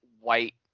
white